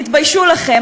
תתביישו לכם.